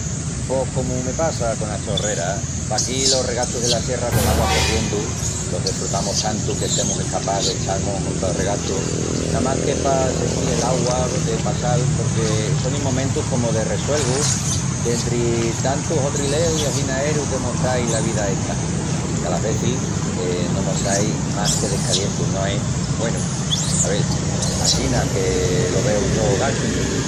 Pos cómu me passa conas cholreras. Paquí los regachus dela sierra col augua corriendu los desfrutamus tantu que semus escapás d'echal-mus junta'l regachu namás que pa sentil el augua de passal porque sonin momentus comu de resuelgu dentri tantu hotrileu i aginaeru que mos trai la vida esta, que alas vezis que no mos trai más que descalientus, no es? Güenu, a vel, assina que lo veu yo ogañu.